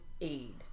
Aid